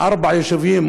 ארבעה יישובים,